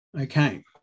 Okay